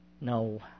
No